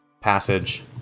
passage